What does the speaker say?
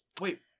Wait